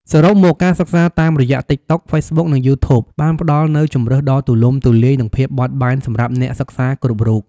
សរុបមក ការសិក្សាតាមរយៈ តិកតុក ហ្វេសបុក និង យូធូប បានផ្តល់នូវជម្រើសដ៏ទូលំទូលាយ និងភាពបត់បែនសម្រាប់អ្នកសិក្សាគ្រប់រូប។